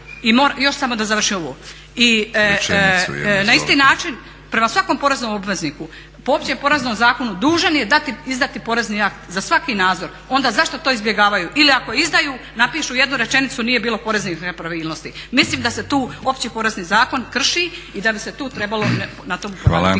u dobroj vjeri i na isti način prema svakom poreznom obvezniku po OPZ dužan je dati, izdati porezni akt za svaki nadzor. Onda zašto to izbjegavaju ili ako izdaju napišu jednu rečenicu nije bilo poreznih nepravilnosti? Mislim da se tu OPZ krši i da bi se tu trebalo na tom poraditi.